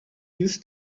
used